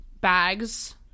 bags